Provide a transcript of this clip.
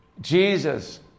Jesus